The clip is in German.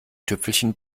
tüpfelchen